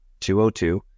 202